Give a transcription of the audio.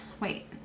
wait